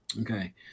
Okay